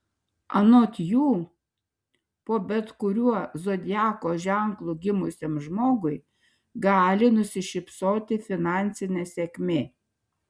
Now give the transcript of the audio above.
anot jų po bet kuriuo zodiako ženklu gimusiam žmogui gali nusišypsoti finansinė sėkmė